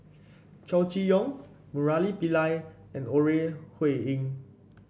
Chow Chee Yong Murali Pillai and Ore Huiying